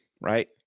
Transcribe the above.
right